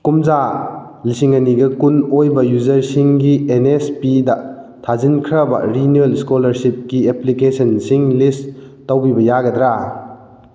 ꯀꯨꯝꯖꯥ ꯂꯤꯁꯤꯡ ꯑꯅꯤꯒ ꯀꯨꯟ ꯑꯣꯏꯕ ꯌꯨꯖꯔꯁꯤꯡꯒꯤ ꯑꯦꯟꯅꯦꯁꯄꯤꯗ ꯊꯥꯖꯤꯟꯈ꯭ꯔꯕ ꯔꯤꯅ꯭ꯋꯦꯜ ꯏꯁꯀꯣꯂꯥꯔꯁꯤꯞꯀꯤ ꯑꯦꯄ꯭ꯂꯤꯀꯦꯁꯟꯁꯤꯡ ꯂꯤꯁ ꯇꯧꯕꯤꯕ ꯌꯥꯒꯗ꯭ꯔꯥ